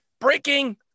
breaking